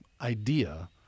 idea